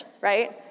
right